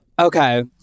Okay